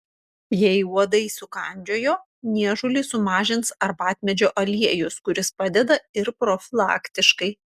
jei uodai sukandžiojo niežulį sumažins arbatmedžio aliejus kuris padeda ir profilaktiškai